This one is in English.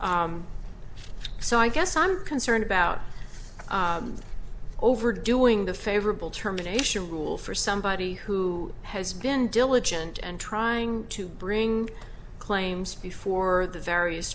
so i guess i'm concerned about overdoing the favorable terminations rule for somebody who has been diligent and trying to bring claims before the various